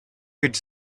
could